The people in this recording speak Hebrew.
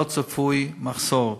לא צפוי מחסור.